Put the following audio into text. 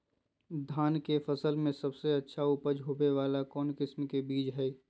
धान के फसल में सबसे अच्छा उपज होबे वाला कौन किस्म के बीज हय?